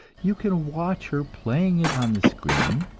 you can watch her playing it on the screen,